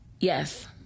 Yes